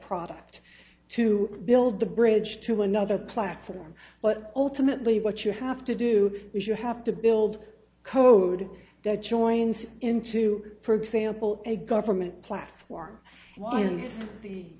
product to build the bridge to another platform but ultimately what you have to do is you have to build code that joins into for example a government platform